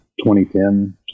2010